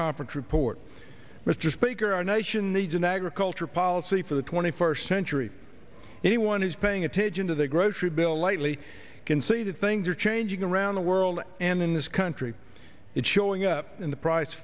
conference report mr speaker our nation the generic ultra policy for the twenty first century anyone who's paying attention to the grocery bill lightly can see that things are changing around the world and in this country it's showing up in the price